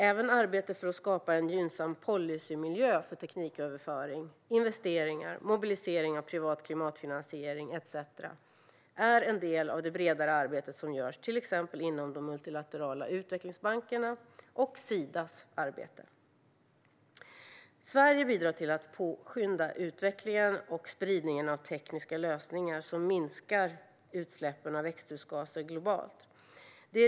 Även arbete för att skapa en gynnsam policymiljö för tekniköverföring, investeringar, mobilisering av privat klimatfinansiering etcetera är en del av det breda arbete som görs, till exempel inom de multilaterala utvecklingsbankerna och av Sida. Sverige bidrar till att påskynda utvecklingen och spridningen av tekniska lösningar som minskar utsläppen av växthusgaser globalt.